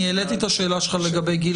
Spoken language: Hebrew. העליתי את השאלה שלך לגבי גיל המשקיפים.